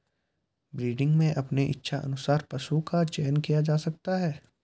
breeding में अपने इच्छा अनुसार पशु का चयन किया जा सकता है